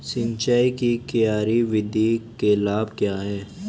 सिंचाई की क्यारी विधि के लाभ क्या हैं?